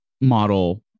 model